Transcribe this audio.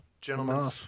Gentlemen